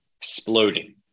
exploding